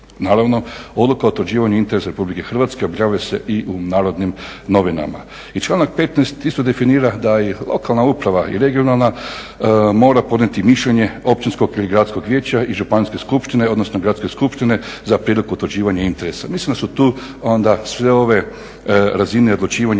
Hrvatske objavljuje se i u Narodnim novinama. I članak 15. isto definira da je lokalna uprava i regionalna mora podnijeti mišljenje općinskog ili gradskog vijeća i županijske skupštine, odnosno gradske skupštine za prijedlog utvrđivanja interesa. Mislim da su tu onda sve ove razine odlučivanja